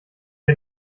wir